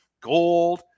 gold